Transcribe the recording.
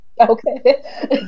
Okay